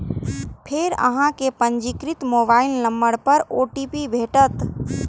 फेर अहां कें पंजीकृत मोबाइल नंबर पर ओ.टी.पी भेटत